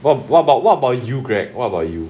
what what about what about you greg what about you